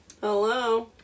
Hello